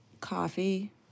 Coffee